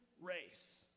race